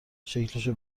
شکلشو